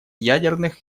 ядерных